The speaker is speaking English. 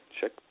check